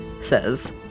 says